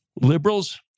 liberals